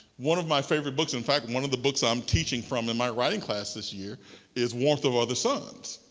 one of my favorite books, in fact one of the books i'm teaching from in my writing class this year is warmth of other suns,